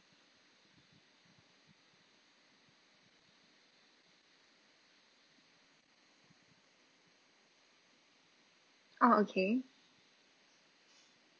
ah okay